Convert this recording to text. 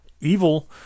evil